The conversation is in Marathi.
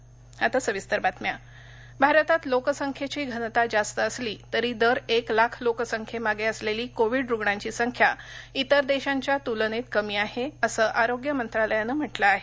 कोविड भारतात लोकसंख्येची घनता जास्त असली तरी दर एक लाख लोकसंख्ये मागे असलेली कोविड रुग्णांची संख्या इतर देशांच्या तुलनेत कमी आहे असं आरोग्य मंत्रालयानं म्हटलं आहे